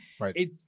Right